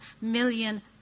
million